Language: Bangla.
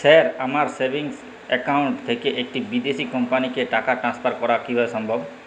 স্যার আমার সেভিংস একাউন্ট থেকে একটি বিদেশি কোম্পানিকে টাকা ট্রান্সফার করা কীভাবে সম্ভব?